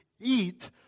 eat